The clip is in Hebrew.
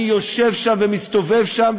אני יושב שם ומסתובב שם,